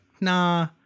nah